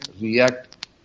react